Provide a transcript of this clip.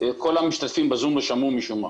כל המשתתפים בזום לא שמעו משום מה.